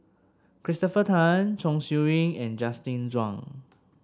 Christopher Tan Chong Siew Ying and Justin Zhuang